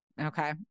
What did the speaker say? Okay